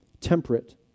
Temperate